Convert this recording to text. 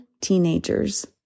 teenagers